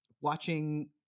watching